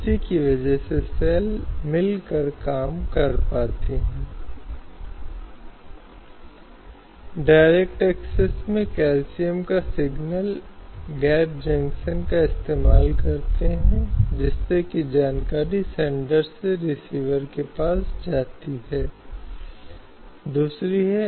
और यह महत्वपूर्ण है कि नागरिक अपने दम पर सुनिश्चित करें कि वे इन मौलिक कर्तव्यों का पालन करते हैं जो निर्धारित हैं